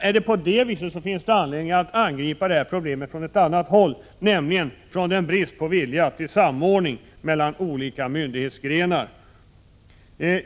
Är det på det sättet finns det anledning att angripa detta problem från annat håll, nämligen från bristen på vilja till samordning mellan olika myndighetsgrenar.